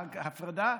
ההפרדה,